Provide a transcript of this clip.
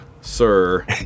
sir